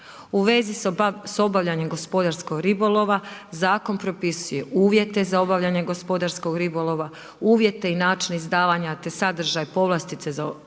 U vezi s obavljanjem gospodarskog ribolova, zakon propisuje uvijete za obavljanje gospodarskog ribolova, uvijete i načine izdavanja, te sadržaje, povlastice za obavljanje